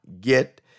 get